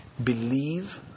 believe